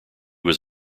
was